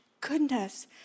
goodness